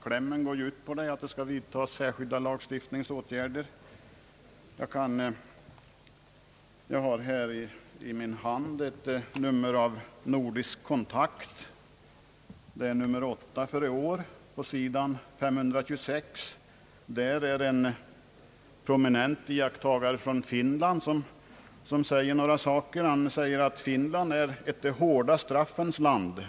Klämmen går ju ut på att det skall vidtagas särskilda lagstiftningsåtgärder. Jag har här i min hand nr 8 av Nordisk Kontakt i år. På s. 526 säger en prominent iakttagare från Finland: »Finland är ett de hårda straffens land.